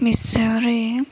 ବିଷୟରେ